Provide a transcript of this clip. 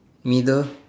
middle